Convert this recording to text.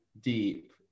deep